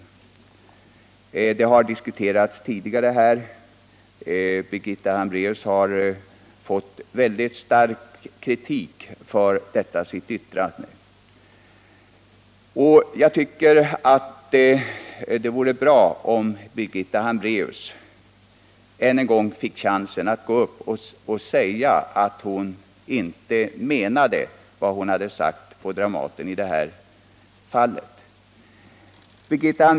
Detta har diskuterats här tidigare, och Birgitta Hambraeus har då fått väldigt stark kritik för sitt yttrande. Jag tycker det vore bra om Birgitta Hambraeus än en gång fick chansen att gå upp här och säga att hon inte menade vad hon sade på Dramaten i det här fallet.